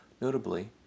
Notably